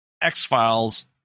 X-Files